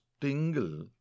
tingle